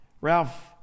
Ralph